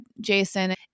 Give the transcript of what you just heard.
Jason